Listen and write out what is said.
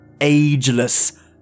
Ageless